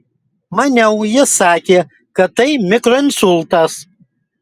maniau jis sakė kad tai mikroinsultas